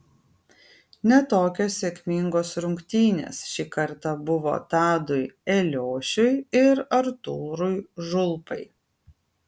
ne tokios sėkmingos rungtynės šį kartą buvo tadui eliošiui ir artūrui žulpai